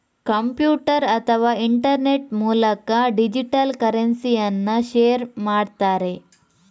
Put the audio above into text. computer ಅಥವಾ internet ಮೂಲಕ digital ಕರೆನ್ಸಿಯನ್ನ ಶೇರ್ ಮಾಡ್ತಾರೆ